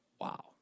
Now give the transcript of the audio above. Wow